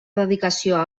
dedicació